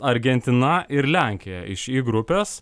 argentina ir lenkija iš į grupės